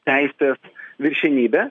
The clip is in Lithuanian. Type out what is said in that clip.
teisės viršenybę